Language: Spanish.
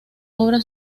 obra